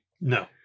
No